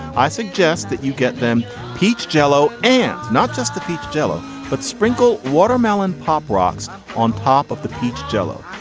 i suggest that you get them peach jello and not just the peach jello but sprinkle watermelon pop rocks on top of the peach jello.